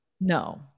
No